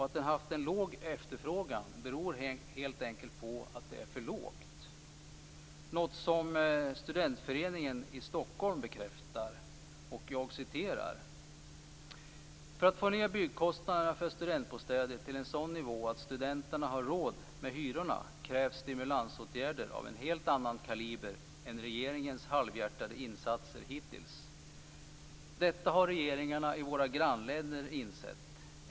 Att det har haft låg efterfrågan beror helt enkelt på att det är för lågt, något som Studentföreningen i Stockholm bekräftar: "För att få ner byggkostnaderna för studentbostäder till en sådan nivå att studenterna har råd med hyrorna krävs stimulansåtgärder av en helt annan kaliber än regeringens halvhjärtade insatser hittills. Detta har regeringarna i våra grannländer insett.